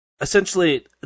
Essentially